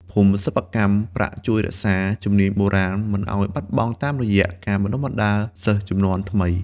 ភូមិសិប្បកម្មប្រាក់ជួយរក្សា ជំនាញបូរាណ មិនឱ្យបាត់បង់តាមរយៈការបណ្តុះបណ្តាលសិស្សជំនាន់ថ្មី។